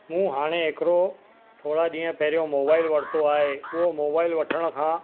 मूं हाणे हिकिड़ो थोरा ॾींहुं पहिरियों मोबाइल वरितो आहे उहो मोबाइल वठण खां